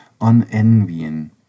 unenvying